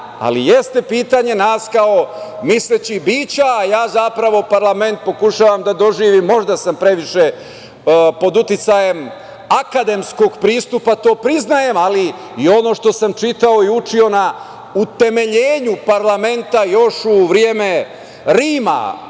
ali jeste pitanje nas kao mislećih bića, a ja zapravo parlament pokušavam da doživim, a možda sam previše pod uticajem akademskog pristupa i to priznajem, ali i ono što sam učio i čitao na utemeljenju parlamenta još u vreme Rima